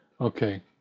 okay